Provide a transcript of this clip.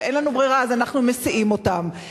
ואין לנו ברירה אז אנחנו מסיעים אותם.